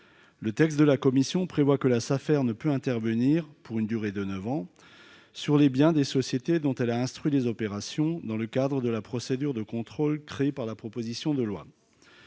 du texte de la commission, la Safer ne peut intervenir, pour une durée de neuf ans, sur les biens des sociétés dont elle a instruit les opérations dans le cadre de la procédure de contrôle créée par cette proposition de loi.